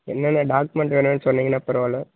என்னென்ன டாக்குமெண்ட் வேணும்ன்னு சொன்னிங்கன்னால் பரவாயில்ல